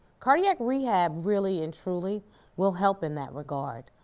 cardiac rehab really and truly will help in that regard.